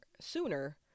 sooner